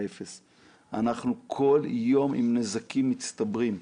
אנחנו כל יום עם נזקים מצטברים,